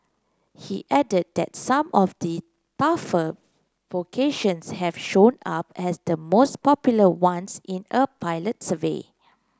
he added that some of the tougher vocations have shown up as the most popular ones in a pilot survey